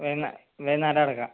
വൈകുന്നേരം വൈകുന്നേരം അടയ്ക്കാം